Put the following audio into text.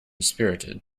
spirited